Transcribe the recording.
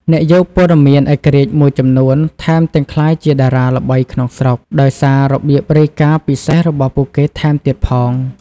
អ្នកយកព័ត៌មានឯករាជ្យមួយចំនួន ថែមទាំងក្លាយជាតារាល្បីក្នុងស្រុក ដោយសាររបៀបរាយការណ៍ពិសេសរបស់ពួកគេថែមទៀតផង។